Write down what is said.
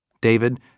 David